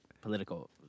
political